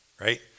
right